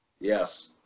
Yes